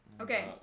Okay